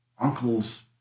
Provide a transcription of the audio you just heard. uncle's